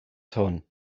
hwn